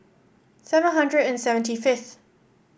seven hundred and seventy fifth